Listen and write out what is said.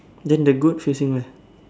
then the goat facing where